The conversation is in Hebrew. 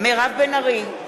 מירב בן ארי,